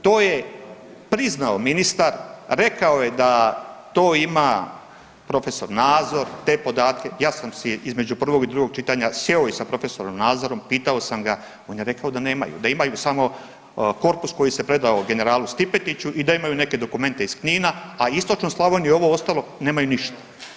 To je priznao ministar, rekao je da to ima prof. Nazor te podatke, ja sam si između prvog i drugog čitanja sjeo i sa prof. Nazorom, pitao sam ga, on je rekao da nemaju, da imaju samo korpus koji se predao generalu Stipetiću i da imaju neke dokumente iz Knina, a Istočnu Slavoniju i ovo ostalo nemaju ništa.